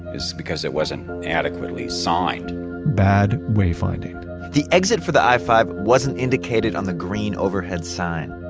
it's because it wasn't adequately signed bad way-finding the exit for the i five wasn't indicated on the green overhead sign.